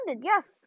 yes